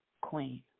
Queen